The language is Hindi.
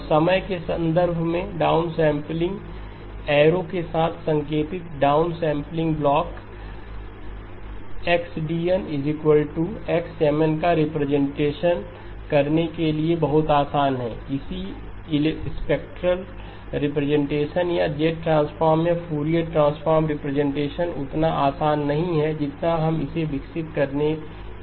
और समय के संदर्भ में डाउन सैंपलिंग एरो के साथ संकेतित down sampling block x D n x Mn का रिप्रेजेंटेशन करने के लिए बहुत आसान है इसी स्पेक्ट्रेल रिप्रेजेंटेशन या z ट्रांसफार्म या फूरियर ट्रांसफॉर्म रिप्रेजेंटेशन उतना आसान नहीं है जितना हम इसे विकसित करने की प्रक्रिया में थे